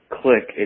click